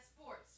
Sports